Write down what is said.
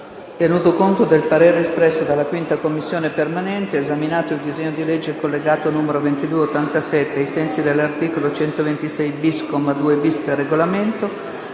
Tenuto conto del parere espresso dalla 5a Commissione permanente, esaminato il disegno di legge collegato n. 2287, ai sensi dell' articolo 126-*bis*, comma 2-*bis*, del Regolamento,